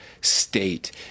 state